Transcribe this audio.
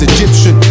Egyptian